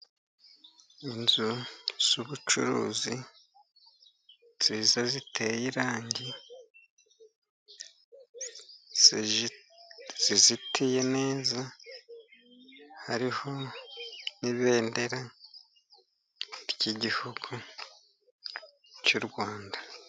Inzu z'ubucuruzi nziza ziteye irangi zizitiye neza hariho n'ibendera ry'igihugu cy'u Rwanda.